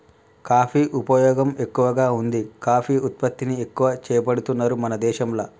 coffee ఉపయోగం ఎక్కువగా వుంది కాఫీ ఉత్పత్తిని ఎక్కువ చేపడుతున్నారు మన దేశంల